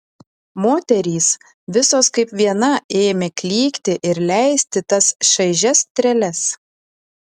moterys visos kaip viena ėmė klykti ir leisti tas šaižias treles